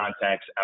Contacts